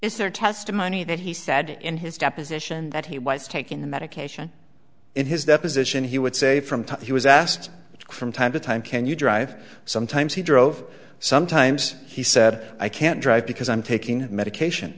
is there testimony that he said in his deposition that he was taking the medication in his deposition he would say from time he was asked that from time to time can you drive sometimes he drove sometimes he said i can't drive because i'm taking medication